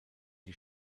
die